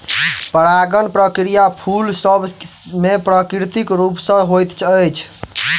परागण प्रक्रिया फूल सभ मे प्राकृतिक रूप सॅ होइत अछि